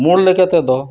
ᱢᱩᱞ ᱞᱮᱠᱡᱟ ᱛᱮᱫᱚ